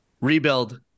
Rebuild